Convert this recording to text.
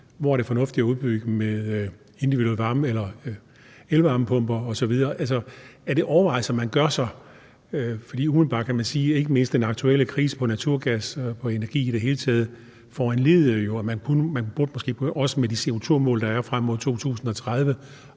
hvor det er fornuftigt at udbygge med individuelle elvarmepumper osv. Er det overvejelser, man gør sig? For umiddelbart kan man sige, at ikke mindst den aktuelle krise med naturgas og energi i det hele taget jo foranlediger, at man tænker over, om ikke man burde